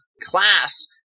class